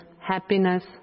happiness